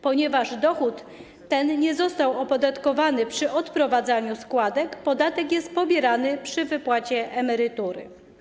Ponieważ dochód ten nie został opodatkowany przy odprowadzaniu składek, podatek jest pobierany przy wypłacie emerytury.